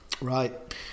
Right